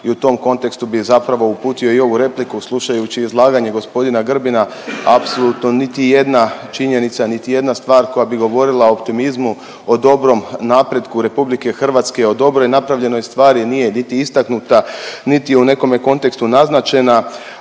i u tom kontekstu bi zapravo uputio i ovu repliku, slušajući izlaganje g. Grbina apsolutno niti jedna činjenica, niti jedna stvar koja bi govorila o optimizmu, o dobrom napretku RH, o dobroj i napravljenoj stvari nije niti istaknuta niti u nekome kontekstu naznačena,